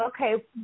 okay